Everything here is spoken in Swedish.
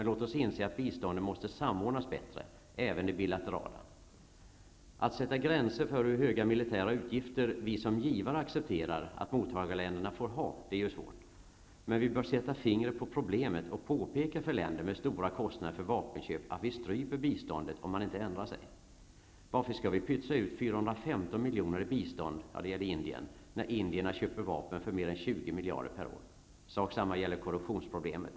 Låt oss inse att biståndet måste samordnas bättre, även det bilaterala. Att sätta gränser för hur höga militära utgifter vi som givare skall acceptera att mottagarländerna får ha är svårt. Vi bör emellertid sätta fingret på problemet och påpeka för länder med stora kostnader för vapenköp att vi stryper biståndet om man inte ändrar sig. Varför ska vi ''pytsa ut'' 415 miljoner i bistånd -- det gäller Indien -- när indierna köper vapen för mer än 20 miljarder per år? Sak samma gäller korruptionsproblemet.